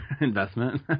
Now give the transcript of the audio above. investment